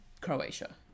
Croatia